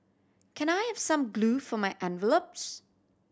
can I have some glue for my envelopes